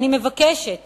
אני מבקשת